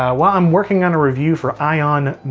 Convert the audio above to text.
ah well i'm working on a review for ion